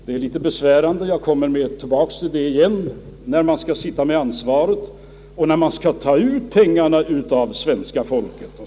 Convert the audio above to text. Det är litet besvärande för den som sitter med ansvar att ta ut pengarna av svenska folket.